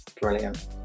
Brilliant